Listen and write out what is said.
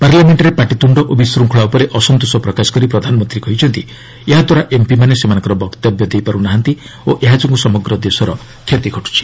ପାର୍ଲାମେଣ୍ଟରେ ପାଟିତୁଣ୍ଡ ଓ ବିଶ୍ୱଙ୍ଗଳା ଉପରେ ଅସନ୍ତୋଷ ପ୍ରକାଶ କରି ପ୍ରଧାନମନ୍ତ୍ରୀ କହିଛନ୍ତି ଏହାଦ୍ୱାରା ଏମ୍ପିମାନେ ସେମାନଙ୍କର ବକ୍ତବ୍ୟ ଦେଇପାରୁ ନାହାନ୍ତି ଓ ଏହାଯୋଗୁଁ ସମଗ୍ର ଦେଶର କ୍ଷତି ହେଉଛି